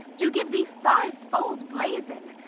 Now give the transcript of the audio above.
do give thee five-fold blazon.